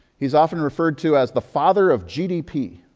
he's often referred to as the father of gdp,